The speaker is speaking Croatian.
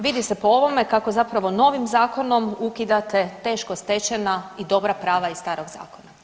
Vidi se po ovome kako zapravo novim zakonom ukidate teško stečena i dobra prava iz starog zakona.